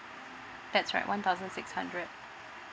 that's right one thousand six hundred